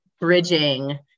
bridging